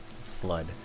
flood